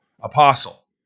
Apostle